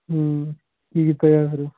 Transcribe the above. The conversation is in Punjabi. ਹਮ ਠੀਕ ਹੈ ਯਾਰ